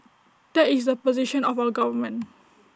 that is the position of our government